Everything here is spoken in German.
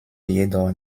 jedoch